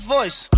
Voice